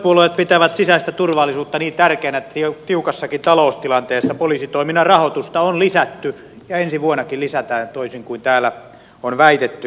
hallituspuolueet pitävät sisäistä turvallisuutta niin tärkeänä että tiukassakin taloustilanteessa poliisitoiminnan rahoitusta on lisätty ja ensi vuonnakin lisätään toisin kuin täällä on väitetty